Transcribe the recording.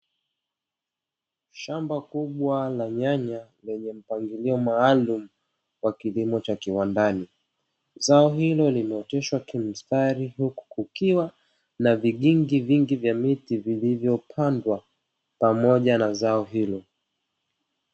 Shamba kubwa la Nyanya lenye mpangilio aalumu wa kilimo cha kiwandani, Zao hilo limeoteshwa kimstari, huku kukiwa na vigingi vingi vya miti vilivyopandwa pamoja na zao hilo.